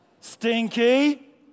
stinky